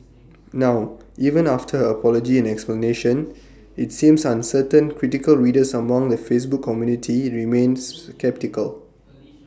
now even after her apology and explanation IT seems uncertain critical readers among the Facebook community remains sceptical